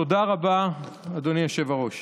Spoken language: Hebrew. תודה רבה, אדוני היושב-ראש.